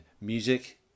music